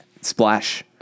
splash